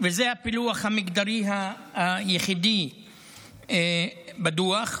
וזה הפילוח המגזרי היחידי בדוח.